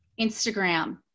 Instagram